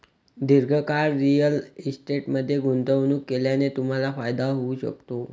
दीर्घकाळ रिअल इस्टेटमध्ये गुंतवणूक केल्याने तुम्हाला फायदा होऊ शकतो